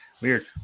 Weird